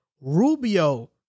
Rubio